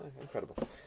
Incredible